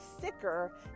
sicker